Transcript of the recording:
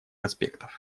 аспектов